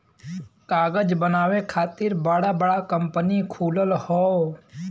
कागज बनावे खातिर बड़ा बड़ा कंपनी खुलल हौ